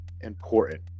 important